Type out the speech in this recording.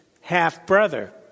half-brother